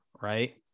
right